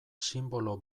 sinbolo